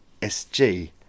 SG